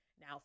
Now